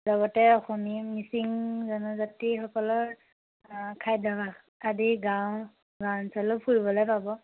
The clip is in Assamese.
লগতে আপুনি মিচিং জনজাতীসকলৰ খাদ্যভাস আদি গাঁও আপোনাৰ অঞ্চলো ফুৰিবলৈ পাব